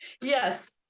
Yes